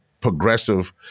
progressive